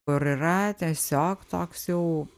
kur yra tiesiog toks jau